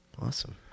Awesome